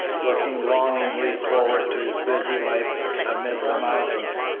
looking longingly forward to his busy life amid the mountains,